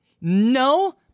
No